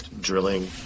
drilling